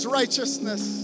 righteousness